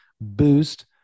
boost